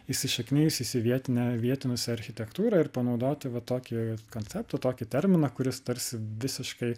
įsišaknijusis į vietinę vietinius architektūrą ir panaudoti va tokį vat konceptą tokį terminą kuris tarsi visiškai